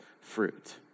fruit